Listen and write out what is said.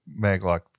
maglock